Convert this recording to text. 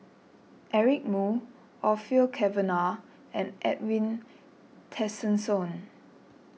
Eric Moo Orfeur Cavenagh and Edwin Tessensohn